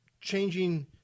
changing